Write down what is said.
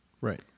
Right